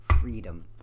freedom